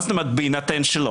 מה זאת אומרת בהינתן שלא?